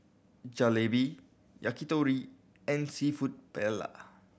Jalebi Yakitori and Seafood Paella